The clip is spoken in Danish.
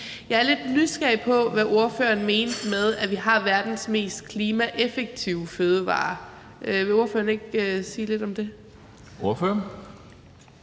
Jeg er lidt nysgerrig på, hvad ordføreren mente med, at vi har verdens mest klimaeffektive fødevarer. Vil ordføreren ikke sige lidt om det? Kl.